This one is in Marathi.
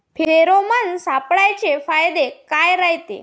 फेरोमोन सापळ्याचे फायदे काय रायते?